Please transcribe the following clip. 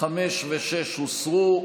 5 ו-6 הוסרו,